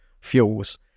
fuels